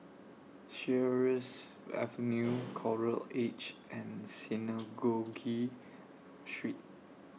Sheares Avenue Coral Edge and Synagogue Street